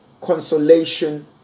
consolation